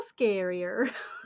scarier